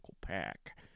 pack